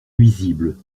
nuisible